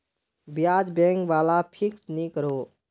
ब्याज़ बैंक वाला फिक्स नि करोह